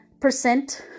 percent